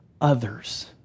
others